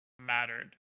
mattered